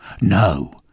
No